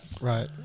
right